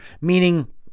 meaning